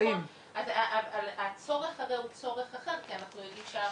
אבל הצורך הוא צורך אחר כי אנחנו יודעים שהאחוזים,